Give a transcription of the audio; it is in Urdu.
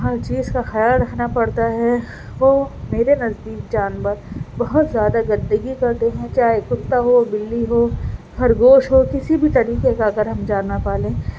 ہر چیز کا خیال رکھنا پڑتا ہے وہ میرے نزدیک جانور بہت زیادہ گندگی کرتے ہیں چاہے کتا ہو بلی ہو خرگوش ہو کسی بھی طریقے کا اگر ہم جانور پالیں